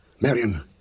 Marion